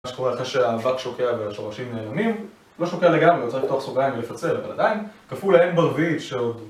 כשאנחנו רואים לך שהאבק שוקע והשורשים נעלמים, לא שוקע לגמרי, צריך לפתוח סוגריים ולפצל, אבל עדיין, כפול להם הn ברביעית שעוד...